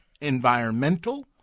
environmental